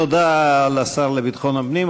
תודה לשר לביטחון הפנים.